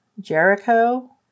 Jericho